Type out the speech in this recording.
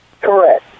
Correct